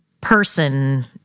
person